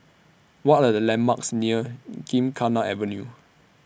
What Are The landmarks near Gymkhana Avenue